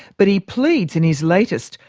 but he pleads in his latest,